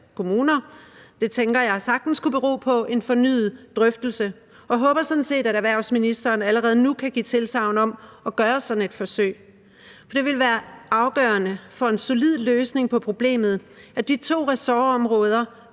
forsikringsselskaber og måske også kommuner. Og jeg håber sådan set, at erhvervsministeren allerede nu kan give tilsagn om at gøre sådan et forsøg. Det vil være afgørende for en solid løsning på problemet, at de to ressortområder